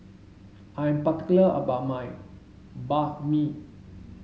I am particular about my Banh Mi